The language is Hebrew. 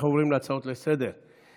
אנחנו עוברים להצעות לסדר-היום.